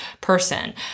person